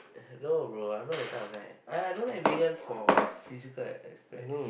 no bro I'm not that kind of guy I I don't like Megan for physical aspect